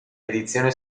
edizione